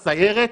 הסיירת,